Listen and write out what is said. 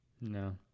No